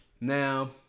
Now